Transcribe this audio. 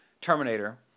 Terminator